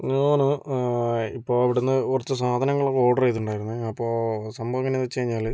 ഞാന് ഇപ്പോൾ ഇവിടുന്ന് കുറച്ചു സാധനങ്ങളൊക്കെ ഓഡറെയ്തിട്ടുണ്ടായിരുന്നേ അപ്പോൾ സംഭവം എങ്ങനാണ് വച്ചു കഴിഞ്ഞാല്